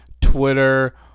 Twitter